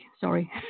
Sorry